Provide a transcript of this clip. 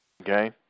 okay